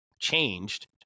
changed